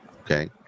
okay